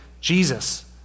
Jesus